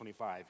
25